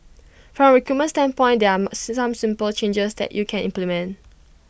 from recruitment standpoint there are some simple changes that you can implement